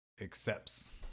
accepts